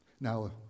Now